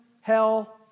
hell